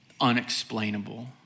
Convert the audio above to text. unexplainable